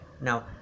now